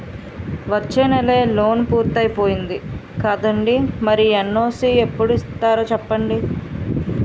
వచ్చేనెలే లోన్ పూర్తయిపోద్ది కదండీ మరి ఎన్.ఓ.సి ఎప్పుడు ఇత్తారో సెప్పండి